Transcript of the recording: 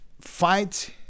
fight